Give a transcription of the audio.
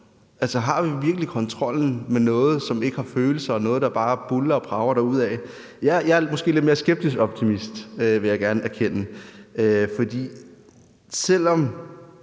Har vi virkelig kontrollen med noget, som ikke har følelser, og som er noget, der bare buldrer og brager derudad? Jeg er måske lidt mere skeptisk optimist, vil jeg gerne erkende. For selv om